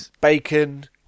bacon